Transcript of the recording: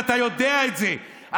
ואתה יודע את זה.